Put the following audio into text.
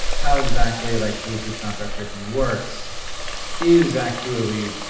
how exactly like bluetooth contact tracing works is actually,